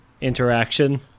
interaction